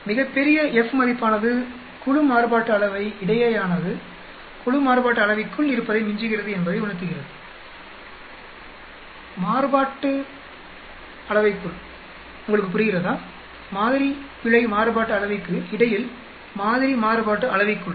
மிகப் பெரிய எஃப் மதிப்பானது குழு மாறுபாட்டு அளவை இடையேயானது குழு மாறுபாட்டு அளவைக்குள் இருப்பதை மிஞ்சுகிறது என்பதை உணர்த்துகிறது உங்களுக்கு புரிகிறதா மாதிரி பிழை மாறுபாட்டு அளவைக்கு இடையில் மாதிரி மாறுபாட்டு அளவைக்குள்